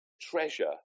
treasure